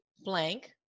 blank